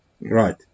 Right